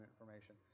information